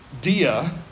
Dia